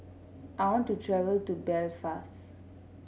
I want to travel to Belfast